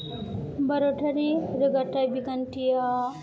भारतारि रोगाथाय बिखान्थिया